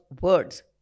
Words